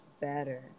better